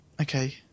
Okay